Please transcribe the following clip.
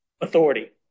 authority